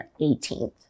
18th